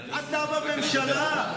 אתה בממשלה.